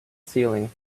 ceiling